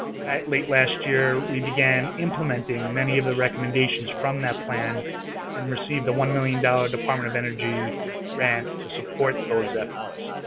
late last year, we began implementing many of the recommendations from that plan and received a one million dollars department of energy grant to support those efforts.